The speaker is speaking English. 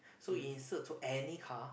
so insert to any car